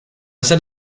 said